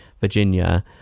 Virginia